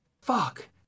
fuck